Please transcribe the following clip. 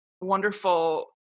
wonderful